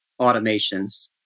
automations